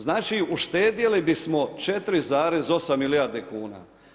Znači uštedjeli bismo 4,8 milijardi kuna.